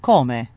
Come